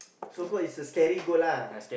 so called is a scary goat lah